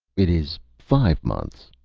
it is five months.